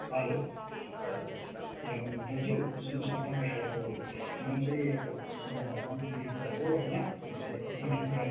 hello ए हजुर दाजु सुन्नु होस् न तपाईँ अब म चाहिँ एउटा न्युज रिपोर्टर हो है होइन